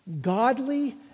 godly